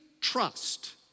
trust